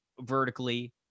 vertically